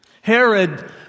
Herod